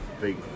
big